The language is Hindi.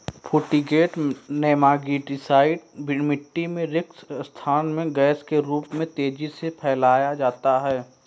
फूमीगेंट नेमाटीसाइड मिटटी में रिक्त स्थान में गैस के रूप में तेजी से फैलाया जाता है